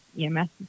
EMS